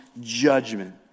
judgment